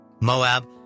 Moab